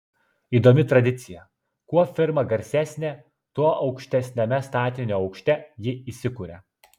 įdomi tradicija kuo firma garsesnė tuo aukštesniame statinio aukšte ji įsikuria